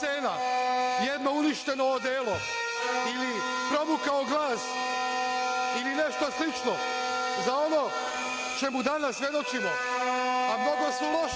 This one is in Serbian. jedno uništeno odelo ili promukao glas ili nešto slično za ono čemu danas svedočimo. Mnogo su lošije